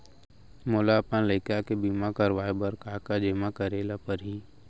मोला अपन लइका के बीमा करवाए बर का का जेमा करे ल परही?